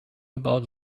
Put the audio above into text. about